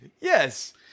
Yes